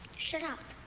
shut up.